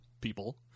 people